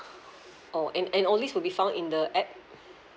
oh and and only is to be found in the app